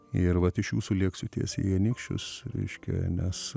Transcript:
ir vat iš jūsų lėksiu tiesiai į anykščius reiškia nes